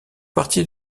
partie